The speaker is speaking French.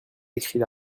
écrit